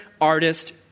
artist